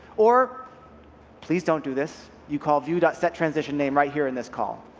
or please don't do this. you call view settransition name right here in this call.